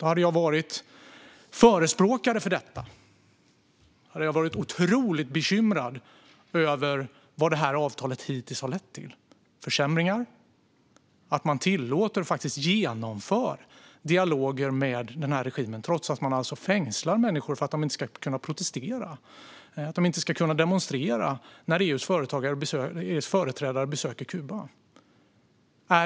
Om jag hade varit förespråkare för detta hade jag varit otroligt bekymrad över vad avtalet hittills har lett till i form av försämringar och att man tillåter och faktiskt genomför dialoger med regimen trots att den fängslar människor för att de inte ska kunna protestera och demonstrera när EU:s företrädare besöker Kuba.